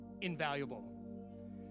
Invaluable